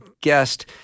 guest